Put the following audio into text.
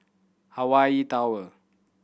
Hawaii Tower